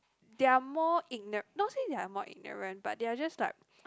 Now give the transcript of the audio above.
they are more igno~ not say they are more ignorant but they are just like